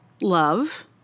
love